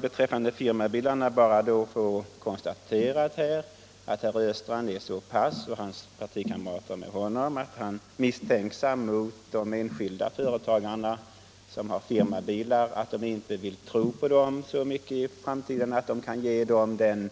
Beträffande firmabilarna vill jag bara konstatera att herr Östrand och hans partikamrater med honom är så pass misstänksamma mot de enskilda företagare som har firmabilar att de inte vill tro på dem så mycket i framtiden att de kan ge dessa företagare den